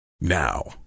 Now